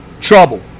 trouble